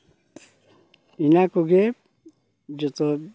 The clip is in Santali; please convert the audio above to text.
ᱚᱱᱟ ᱠᱚᱜᱮ ᱡᱚᱛᱚ